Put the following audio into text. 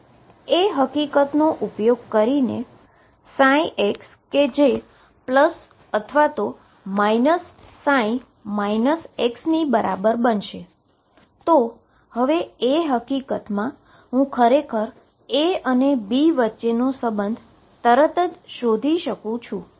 હવે એ હકીકતનો ઉપયોગ કરીને કે ψ કે જે અથવા ψ ની બરાબર બનશે તો હવે એ હકીકતમાં હુ ખરેખર A અને B વચ્ચેનો સબંધ તરત જ શોધી શકું